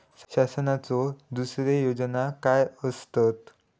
शासनाचो दुसरे योजना काय आसतत?